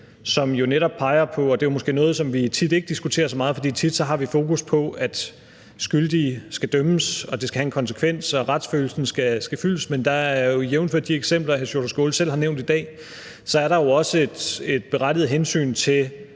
som jo peger på noget, som vi måske tit ikke diskuterer så meget. For tit har vi fokus på, at skyldige skal dømmes, og at det skal have en konsekvens og retsfølelsen skal ske fyldest, men der er jo, jævnfør de eksempler, hr. Sjúrður Skaale selv har nævnt i dag, også et berettiget hensyn til